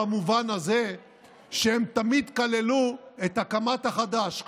במובן הזה שהן תמיד כללו את הקמת החדש,